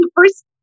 first